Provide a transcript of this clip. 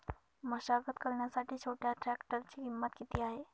मशागत करण्यासाठी छोट्या ट्रॅक्टरची किंमत किती आहे?